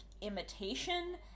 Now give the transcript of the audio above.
imitation